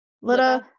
Little